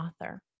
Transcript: author